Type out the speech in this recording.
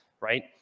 right